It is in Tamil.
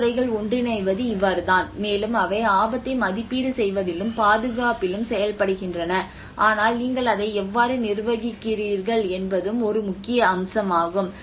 பல துறைகள் ஒன்றிணைவது இவ்வாறுதான் மேலும் அவை ஆபத்தை மதிப்பீடு செய்வதிலும் பாதுகாப்பிலும் செயல்படுகின்றன ஆனால் நீங்கள் அதை எவ்வாறு நிர்வகிக்கிறீர்கள் என்பதும் ஒரு முக்கிய அம்சமாகும்